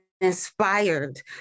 inspired